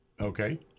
Okay